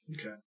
Okay